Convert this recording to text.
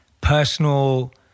personal